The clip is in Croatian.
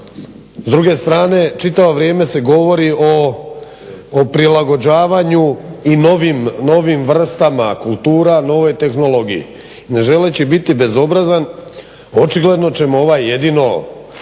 S druge strane čitavo vrijeme se govori o prilagođavanju i novim vrstama kultura nove tehnologije ne želeći biti bezobrazan očigledno ćemo ovaj jedina